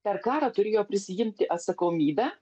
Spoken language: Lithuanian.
per karą turėjo prisiimti atsakomybę